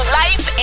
life